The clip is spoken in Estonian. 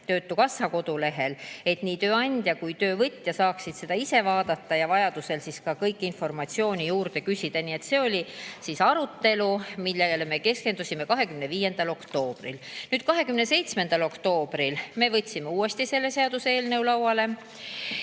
töötukassa kodulehel, et nii tööandja kui ka töövõtja saaksid seda ise vaadata ja vajadusel informatsiooni juurde küsida. Nii et see oli arutelu, millele me keskendusime 25. oktoobril. 27. oktoobril me võtsime uuesti selle seaduseelnõu lauale